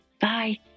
bye